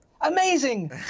Amazing